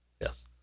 Yes